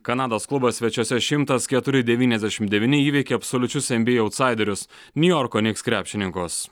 kanados klubas svečiuose šimtas keturi devyniasdešimt devyni įveikė absoliučius en by ei autsaiderius niujorko niks krepšininkus